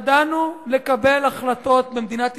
לא בכדי ידענו לקבל החלטות במדינת ישראל,